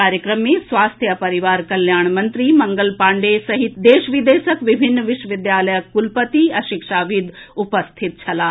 कार्यक्रम मे स्वास्थ्य आ परिवार कल्याण मंत्री मंगल पांडेय सहित देश विदेशक विभिन्न विश्वविद्यालयक कुलपति आ शिक्षाविद् उपरिथित छलाह